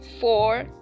four